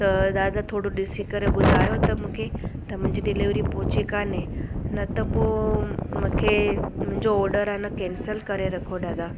त दादा थोरो ॾिसी करे ॿुधायो त मूंखे त मुंहिंजी डिलीवरी पोहिची कोने न त पोइ मूंखे मुंहिंजो ऑडर आहे न कैंसिल करे रखो दादा